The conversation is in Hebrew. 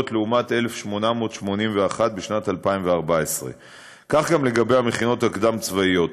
לעומת 1,881 בשנת 2014. כך גם לגבי המכינות הקדם-צבאיות: